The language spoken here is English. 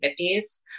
1950s